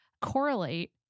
correlate